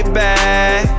back